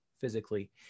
physically